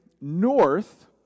north